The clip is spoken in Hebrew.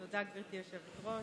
תודה, גברתי היושבת-ראש.